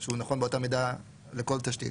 שהוא נכון באותה מידה לכל תשתית,